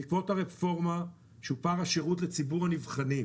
בעקבות הרפורמה שופר השירות לציבור הנבחנים